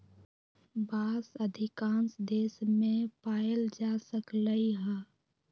बांस अधिकांश देश मे पाएल जा सकलई ह